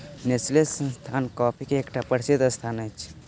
Nestle संस्थान coffee के एकटा प्रसिद्ध संस्थान अछि